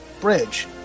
bridge